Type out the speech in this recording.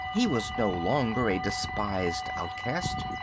he was no longer a despised outcast.